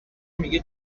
میگه